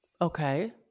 Okay